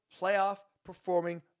playoff-performing